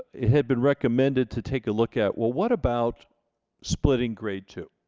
had been recommended to take a look at well what about splitting grade two